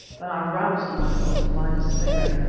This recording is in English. then i roused myself from my despair.